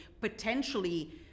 potentially